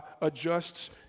adjusts